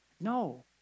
No